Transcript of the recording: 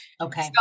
Okay